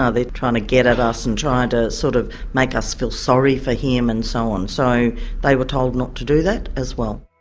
ah trying to get at us and trying to sort of make us feel sorry for him' and so on. so they were told not to do that as well.